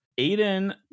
Aiden